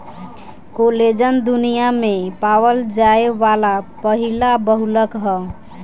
collagen दुनिया में पावल जाये वाला पहिला बहुलक ह